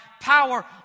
power